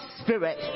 spirit